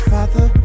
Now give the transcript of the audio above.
Father